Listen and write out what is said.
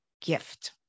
gift